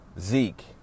Zeke